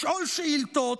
לשאול שאילתות,